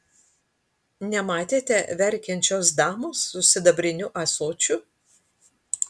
nematėte verkiančios damos su sidabriniu ąsočiu